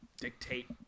dictate